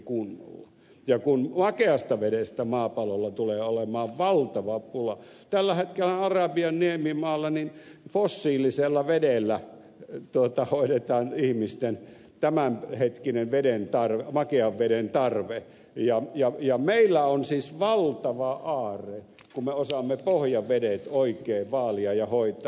kun makeasta vedestä maapallolla tulee olemaan valtava pula tällä hetkellähän arabian niemimaalla fossiilisella vedellä hoidetaan ihmisten tämänhetkinen makean veden tarve meillä on siis valtava aarre kun me osaamme pohjavedet oikein vaalia ja hoitaa